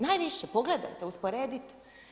Najviše, pogledajte, usporedite.